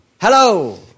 Hello